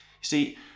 See